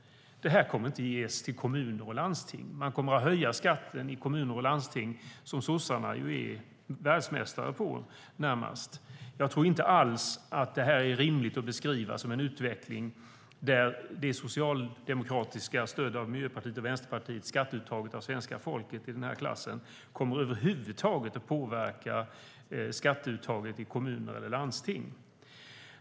De här pengarna kommer inte att ges till kommuner och landsting. Man kommer att höja skatten i kommuner och landsting, vilket Sossarna ju närmast är världsmästare på. Jag tror inte alls att det här är rimligt att beskriva som en utveckling där det socialdemokratiska skatteuttaget, med stöd av Miljöpartiet och Vänstern, av svenska folket över huvud taget kommer att påverka skatteuttaget i kommuner eller landsting.